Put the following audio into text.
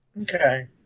Okay